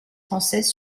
française